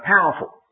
powerful